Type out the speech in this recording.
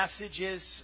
messages